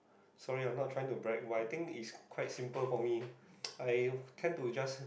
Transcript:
sorry ah not trying to brag but I think it's quite simple for me I tend to just